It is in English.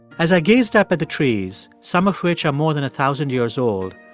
as i gazed up at the trees, some of which are more than a thousand years old,